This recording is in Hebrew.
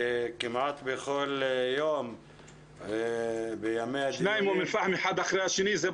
שכל יום מעלה את כל הסוגיות שקשורות בילד,